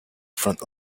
front